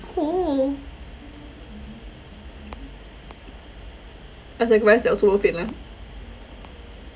cool as aggress that's also worth it lah